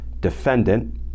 defendant